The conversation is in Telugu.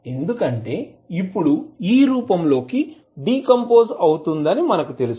ఎందుకంటే ఇప్పుడు ఈ రూపంలోకి డీకంపోజ్ అవుతుంది అని మనకు తెలుసు